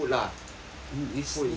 put food inside